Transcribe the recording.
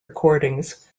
recordings